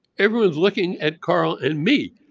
everyone's looking at carl and me.